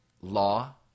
law